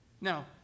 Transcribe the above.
Now